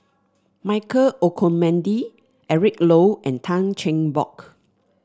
Michael Olcomendy Eric Low and Tan Cheng Bock